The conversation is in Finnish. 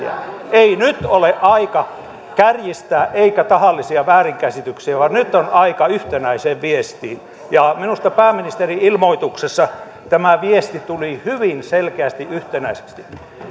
ei nyt ole aika kärjistää eikä esittää tahallisia väärinkäsityksiä vaan nyt on aika yhtenäiseen viestiin minusta pääministerin ilmoituksessa tämä viesti tuli hyvin selkeästi yhtenäisesti